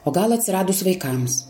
o gal atsiradus vaikams